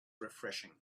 refreshing